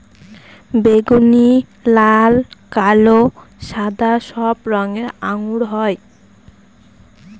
বেগুনি, লাল, কালো, সাদা সব রঙের আঙ্গুর হয়